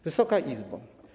Wysoka Izbo!